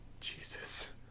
Jesus